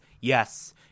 yes